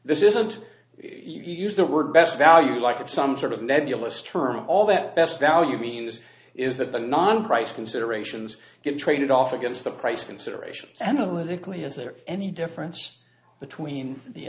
this isn't you use the word best value like it's some sort of nebulous term all that best value means is that the non price considerations get traded off against the price considerations analytically is there any difference between the